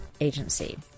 Agency